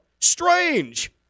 Strange